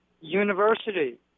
University